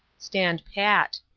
stand pat.